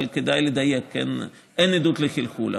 אבל כדאי לדייק, אין עדות לחלחול.